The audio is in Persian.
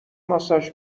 ماساژ